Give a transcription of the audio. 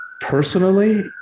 personally